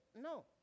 no